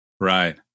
Right